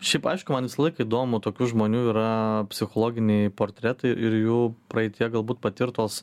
šiaip aišku man visąlaik įdomu tokių žmonių yra psichologiniai portretai ir jų praeityje galbūt patirtos